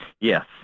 Yes